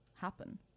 happen